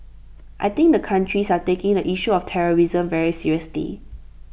I think the countries are taking the issue of terrorism very seriously